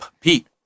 Pete